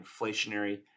inflationary